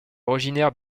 originaire